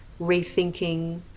rethinking